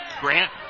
Grant